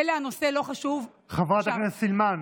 מילא הנושא לא חשוב, אפשר, חברת הכנסת סילמן,